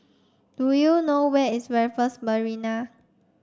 do you know where is Raffles Marina